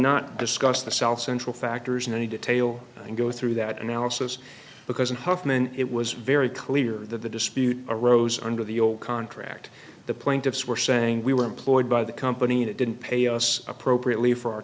not discuss the south central factors in any detail and go through that analysis because in huffman it was very clear that the dispute arose under the old contract the plaintiffs were saying we were employed by the company and it didn't pay us appropriately for our